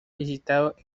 visitado